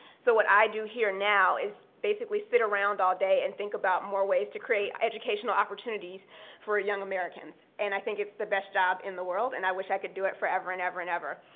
so what i do here now is basically sit around all day and think about more ways to create educational opportunities for young americans. and i think it's the best job in the world and i wish i could do it forever and ever and ever.